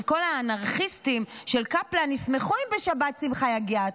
כל האנרכיסטים של קפלן ישמחו אם בשבת שמחה יגיע,